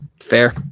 Fair